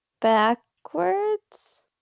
backwards